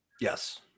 Yes